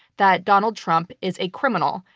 that donald trump is a criminal,